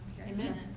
Amen